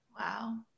Wow